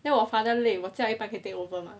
then 我 father 累我驾一半可以 take over mah